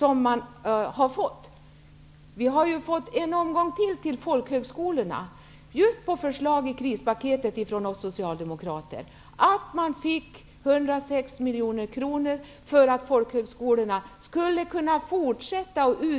En omgång till har ju avsatts till folkhögskolorna, just på förslag i krispaketet från oss socialdemokrater om att 106 miljoner skulle satsas på folkhögskolorna för att dessa skulle kunna fortsätta med och t.o.m.